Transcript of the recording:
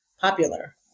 popular